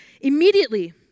Immediately